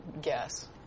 guess